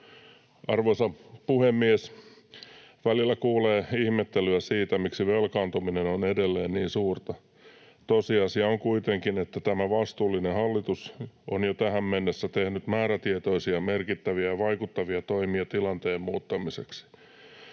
Arvoisa puhemies! Välillä kuulee ihmettelyä siitä, miksi velkaantuminen on edelleen niin suurta. Tosiasia on kuitenkin, että tämä vastuullinen hallitus on jo tähän mennessä tehnyt määrätietoisia ja merkittäviä ja vaikuttavia toimia tilanteen muuttamiseksi.